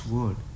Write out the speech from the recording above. Word